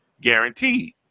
guaranteed